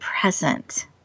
present